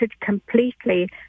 completely